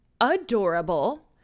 adorable